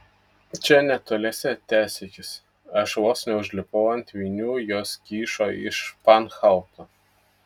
čia netoliese tęsė jis aš vos neužlipau ant vinių jos kyšo iš španhauto